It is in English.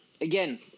again